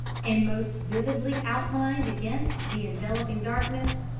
and most vividly outlined against the enveloping darkness,